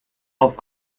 auf